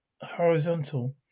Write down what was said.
horizontal